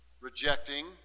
rejecting